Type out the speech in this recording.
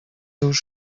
już